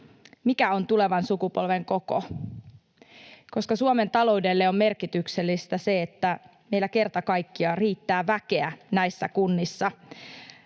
mikä on tulevan sukupolven koko? Suomen taloudelle on merkityksellistä se, että meillä kerta kaikkiaan riittää väkeä näissä kunnissa.